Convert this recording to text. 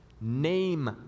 name